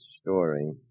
story